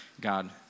God